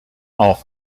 off